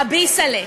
א-ביסלע,